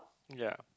ya